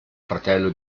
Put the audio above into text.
fratello